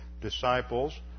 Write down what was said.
disciples